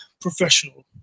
Professional